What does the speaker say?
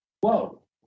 Whoa